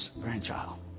grandchild